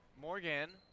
Morgan